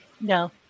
No